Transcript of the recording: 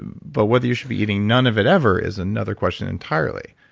ah but whether you should be eating none of it ever is another question entirely.